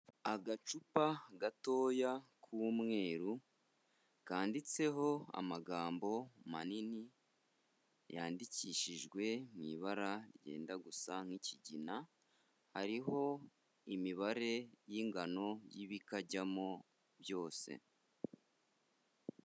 Agacupa gatoya k'umweru kanditseho amagambo manini yandikishijwe mu ibara ryenda gusa nk'ikigina, hariho imibare y'iningano y'ibikajyamo byose.